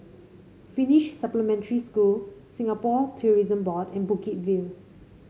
Finnish Supplementary School Singapore Tourism Board and Bukit View